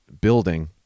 building